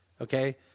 Okay